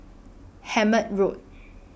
Hemmant Road